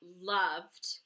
loved